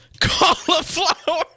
Cauliflower